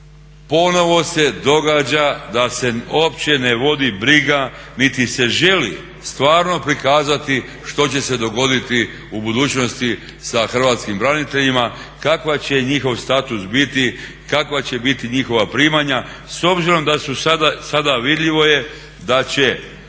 ponovo se događa da se opće ne vodi briga niti se želi stvarno prikazati što će se dogoditi u budućnosti sa Hrvatskim braniteljima, kakav će njihov status biti, kakva će biti njihova primanja. S obzirom da su sada, vidljivo je da će